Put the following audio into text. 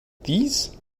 these